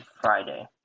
Friday